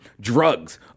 drugs